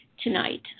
tonight